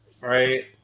right